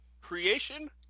creation